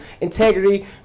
integrity